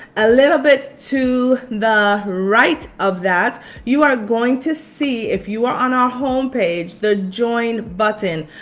a little bit to the right of that you are going to see, if you are on our home page, the join button.